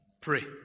Pray